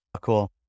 Cool